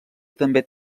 també